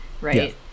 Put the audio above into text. right